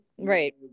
Right